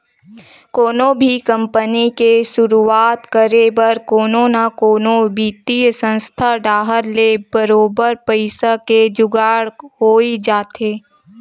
कोनो भी कंपनी के सुरुवात करे बर कोनो न कोनो बित्तीय संस्था डाहर ले बरोबर पइसा के जुगाड़ होई जाथे